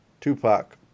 Tupac